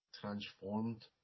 transformed